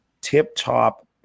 tip-top